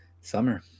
summer